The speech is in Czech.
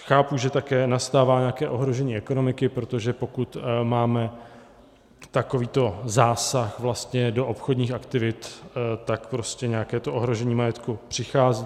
Chápu, že také nastává nějaké ohrožení ekonomiky, protože pokud máme takový zásah do obchodních aktivit, tak nějaké to ohrožení majetku přichází.